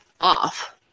off